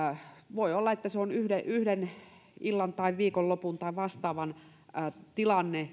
voi olla että se on yhden yhden illan tai viikonlopun tai vastaavan tilanne